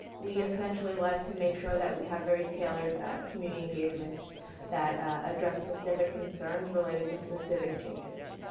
we essentially like to make sure that we have very tailored community engagements that address specific concerns related to specific changes.